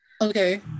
Okay